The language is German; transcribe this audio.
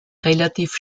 relativ